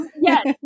Yes